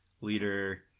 leader